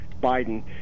Biden